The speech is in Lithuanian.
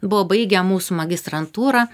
buvo baigę mūsų magistrantūrą